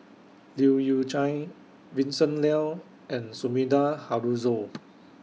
Leu Yew Chye Vincent Leow and Sumida Haruzo